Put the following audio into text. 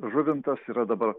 žuvintas yra dabar